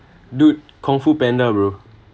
dude kungfu panda bro